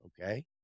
Okay